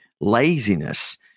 Laziness